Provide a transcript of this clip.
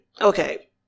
okay